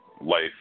life